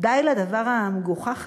די לדבר המגוחך הזה.